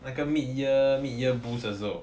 那个 mid year mid year boost 的时候